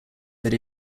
fit